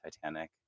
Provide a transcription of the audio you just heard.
Titanic